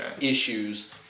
issues